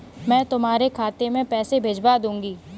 मैं तुम्हारे खाते में पैसे भिजवा दूँगी